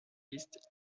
least